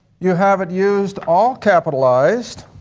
you have it used all capitalized,